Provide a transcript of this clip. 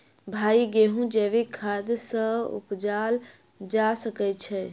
भाई गेंहूँ जैविक खाद सँ उपजाल जा सकै छैय?